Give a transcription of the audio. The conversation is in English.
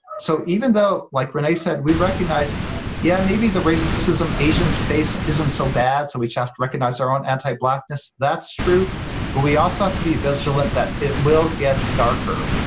so even though like renee said we recognize yeah maybe, the racism asians face isn't so bad so we have to recognize our own anti-blackness that's true but we also have to be vigilant that it will get darker,